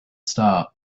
star